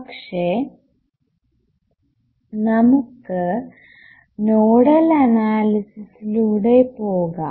പക്ഷേ നമുക്ക് നോഡൽ അനാലിസിസിലൂടെ പോകാം